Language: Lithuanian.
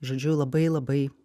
žodžiu labai labai